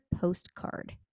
postcard